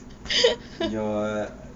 your